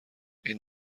این